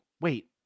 wait